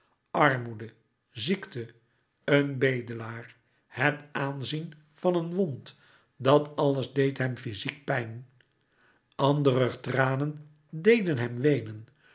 armoede ziekte een bedelaar het aanzien van een wond dat alles deed hem fyziek pijn anderer tranen deden hem weenen